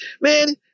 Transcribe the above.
man